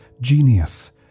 genius